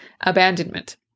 abandonment